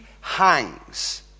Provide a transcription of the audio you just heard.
hangs